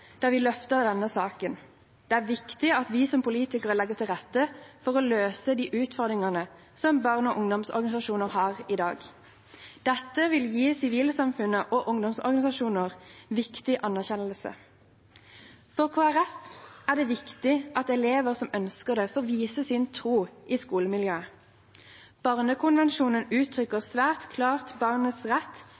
vi løftet denne saken. Det er viktig at vi som politikere legger til rette for å løse de utfordringene som barne- og ungdomsorganisasjoner har i dag. Dette vil gi sivilsamfunnet og ungdomsorganisasjonene viktig anerkjennelse. For Kristelig Folkeparti er det viktig at elever som ønsker det, får vise sin tro i skolemiljøet. Barnekonvensjonen uttrykker svært klart barnets rett